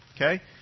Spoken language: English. okay